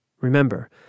Remember